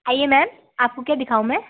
आईए मैम आपको क्या दिखाऊँ मैं